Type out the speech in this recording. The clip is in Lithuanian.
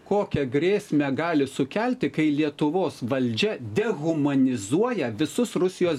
kokią grėsmę gali sukelti kai lietuvos valdžia dehumanizuoja visus rusijos